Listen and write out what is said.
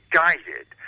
guided